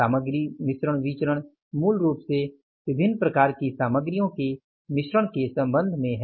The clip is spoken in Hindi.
सामग्री मिश्रण विचरण मूल रूप से विभिन्न प्रकार की सामग्रियों के मिश्रण के संबंध में है